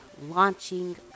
launching